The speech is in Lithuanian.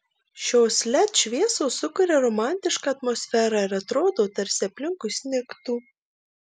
šios led šviesos sukuria romantišką atmosferą ir atrodo tarsi aplinkui snigtų